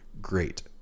great